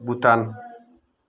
Bhutan